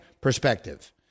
perspective